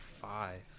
five